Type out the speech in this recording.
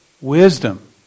wisdom